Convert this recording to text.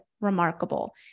remarkable